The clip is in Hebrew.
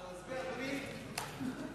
אפשר להצביע, אדוני?